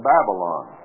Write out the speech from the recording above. Babylon